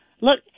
look